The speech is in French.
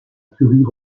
curie